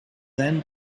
then